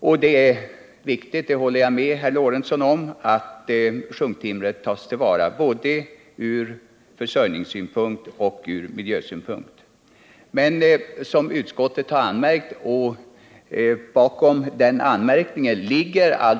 Jag håller med herr Lorentzon om att det är viktigt att ta till vara sjunktimret, både ur försörjningsoch ur miljösynpunkt. Men som utskottet har framhållit är denna fråga redan föremål för uppmärksamhet.